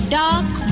dark